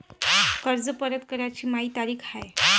कर्ज परत कराची मायी तारीख का हाय?